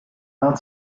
not